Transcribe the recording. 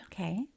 Okay